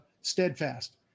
steadfast